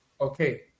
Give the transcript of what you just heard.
Okay